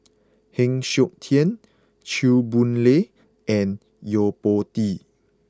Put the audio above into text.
Heng Siok Tian Chew Boon Lay and Yo Po Tee